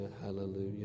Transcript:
hallelujah